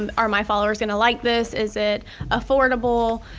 um are my followers gonna like this, is it affordable?